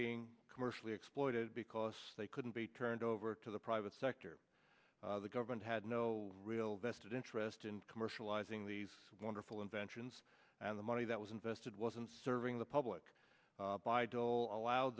being commercially exploited because they couldn't be turned over to the private sector the government had no real vested interest in commercializing these wonderful inventions and the money that was invested wasn't serving the public by door allow